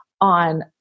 on